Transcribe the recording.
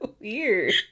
weird